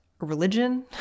religion